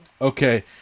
Okay